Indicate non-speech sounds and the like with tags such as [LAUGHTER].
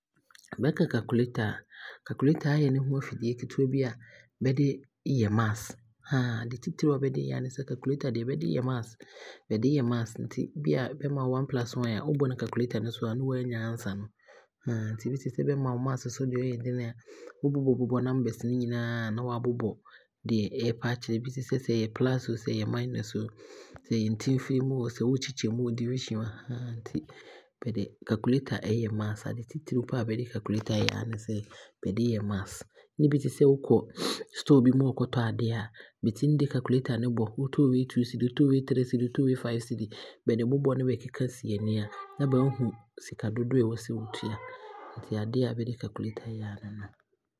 Bɛkasɛ calculator a, calculator aayɛ ne ho afidie ketewa bi a bɛde yɛ Maths [HESITATION] ade titire a bɛde yɛ aa ne sɛ calculator deɛ bɛde yɛ Maths, bɛde yɛ Maths nti bia bɛma wo 1+1 a, wobɔ no calculator he so a ne waanya answer no. [HESITATION] Nti bi te sɛ bɛma wo Maths bi a ɔyɛ dene a wobobɔ bobɔ numbers no nyinaa a na waabobɔ deɛ pɛpɛ akyerɛ, bi te sɛ; sɛ ɛyɛ plus (+) oo, ɛyɛ minus (-) oo, sɛ ɛyɛ ntefirimu ooo, sɛ wookyɛ mu ooo, division (÷) [HESITATION] nti yɛde deɛ calculator ɛyɛ Maths, ade titire paa calculator ɛyɛ aa ne sɛ bɛde yɛ Maths. Ne bi te sɛ wokɔ store bi mu ɛɛkɔtɔ adeɛ a bɛtumi de calculator no bɔ, sɛ ebiaa sotɔɔ wei 2 cedis, wotɔɔ wei 3 cedis, wotɔɔ wei 5 cedis. Bɛde bobɔ a na bɛkeka si ani a na baahu sika dodoɔ a ɛwɔ sɛ wotua. Nti adeɛ a bɛde calculator yɛ aa ne no.